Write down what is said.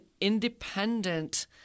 independent